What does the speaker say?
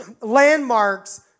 Landmarks